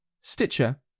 Stitcher